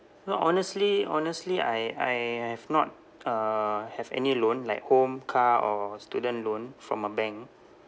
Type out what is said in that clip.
no honestly honestly I I have not uh have any loan like home car or student loan from a bank